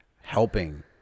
helping